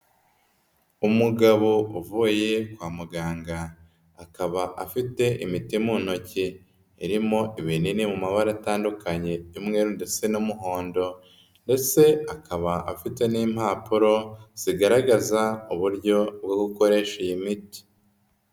Umugabo uvuye kwa muganga, akaba afite imiti mu ntoki irimo ibinini mu mabara atandukanye y'umweru ndetse n'umuhondo ndetse akaba afite n'impapuro zigaragaza uburyo bwo gukoresha iyi miti.